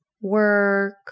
Work